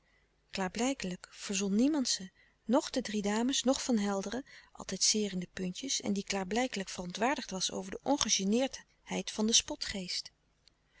klaarblijkelijk verzon niemand ze noch de drie dames noch van helderen altijd zeer in de puntjes en die klaarblijkelijk verontwaardigd was over de ongegeneerdheid van den spotgeest